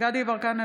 דסטה גדי יברקן,